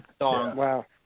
Wow